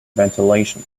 ventilation